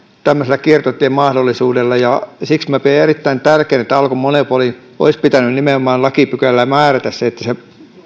tämmöisellä kiertotiemahdollisuudella ja siksi pidän erittäin tärkeänä että olisi pitänyt nimenomaan lakipykälällä määrätä se että se